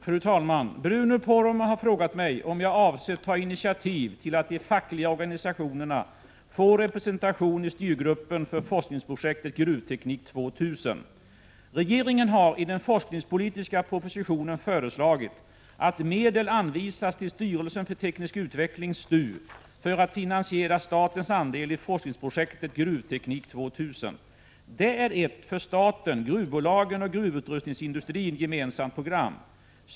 Fru talman! Bruno Poromaa har frågat mig om jag avser ta initiativ till att de fackliga organisationerna får representation i styrgruppen för forskningsprojektet Gruvteknik 2000. Regeringen har i den forskningspolitiska propositionen föreslagit att medel anvisas till styrelsen för teknisk utveckling för att finansiera statens andel i forskningsprojektet Gruvteknik 2000. Det är ett för staten, gruvbolagen och gruvutrustningsindustrin gemensamt program.